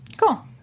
Cool